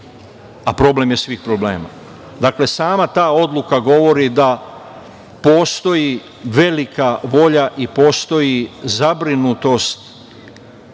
a problem je svih problema. Dakle, sama ta odluka govori da postoji velika volja i postoji zabrinutost,